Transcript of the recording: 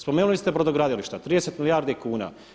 Spomenuli ste brodogradilišta 30 milijardi kuna.